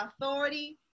authority